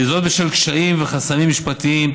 וזאת בשל קשיים וחסמים משפטיים,